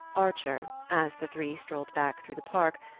archer, as the three strolled back through the park,